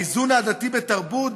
האיזון העדתי בתרבות,